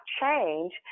change